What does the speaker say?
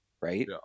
right